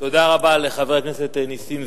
תודה רבה לחבר הכנסת נסים זאב.